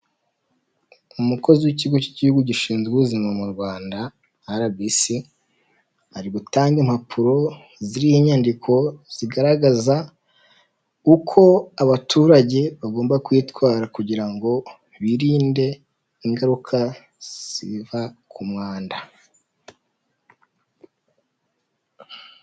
Umukozi w'ikigo cy igihugu gishinzwe ubuzima mu Rwanda rbc, ari butange impapuro zirimo inyandiko zigaragaza uko abaturage bagomba kwitwara kugira ngo birinde ingaruka ziva ku mwanda.